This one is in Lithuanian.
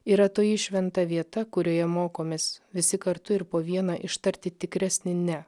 yra toji šventa vieta kurioje mokomės visi kartu ir po vieną ištarti tikresni ne